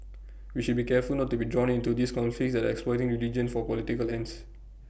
we should be careful not to be drawn into these conflicts that are exploiting religion for political ends